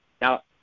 Now